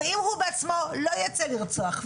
ואם הוא בעצמו לא ייצא לרצוח,